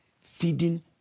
feeding